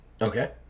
okay